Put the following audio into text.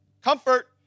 Comfort